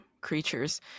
creatures